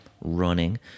running